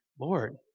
Lord